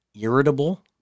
irritable